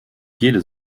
jede